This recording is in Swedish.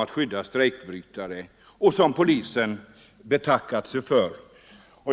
att skydda strejkbrytare, ett arbete som polisen betackat sig för.